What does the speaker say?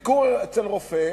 הביקור אצל רופא